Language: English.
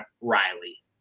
Riley